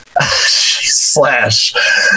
slash